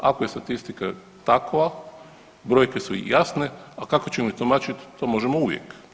Ako je statistika takova brojke su jasne, a kako ćemo ih tumačiti to možemo uvijek.